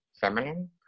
feminine